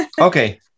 Okay